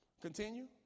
Continue